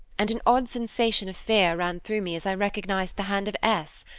and an odd sensation of fear ran through me as i recognized the hand of s.